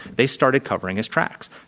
they started covering his tracks.